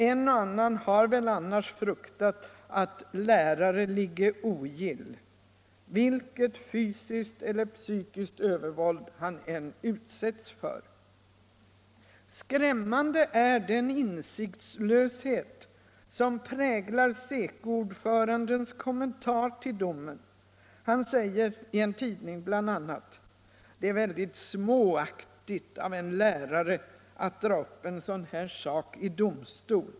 En och annan har väl annars fruktat att ”lärare ligge ogill”, vilket fysiskt eller psykiskt övervåld han än utsätts för. Skrämmande är den insiktslöshet som präglar SECO-ordförandens kommentar till domen. Han säger i en tidning bl.a. att ”det är väldigt småaktigt av en lärare att dra upp en sådan här sak i domstol.